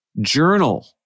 Journal